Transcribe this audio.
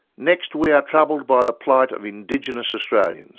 next, we are troubled by the plight of indigenous australians